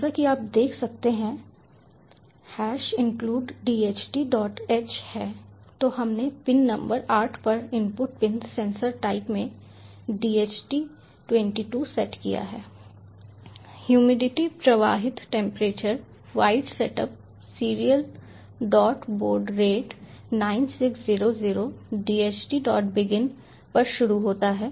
जैसा कि आप देख सकते हैं इंक्लूड dhth है तो हमने पिन नंबर 8 पर इनपुट पिन सेंसर टाइप में DHT 22 सेट किया है ह्यूमिडिटी प्रवाहित temperature void setup serial dot baud rate 9600 dhtbegin पर शुरू होता है